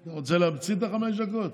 אתה רוצה להמציא את חמש הדקות?